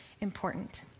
important